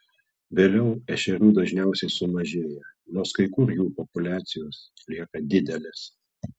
vėliau ešerių dažniausiai sumažėja nors kai kur jų populiacijos lieka didelės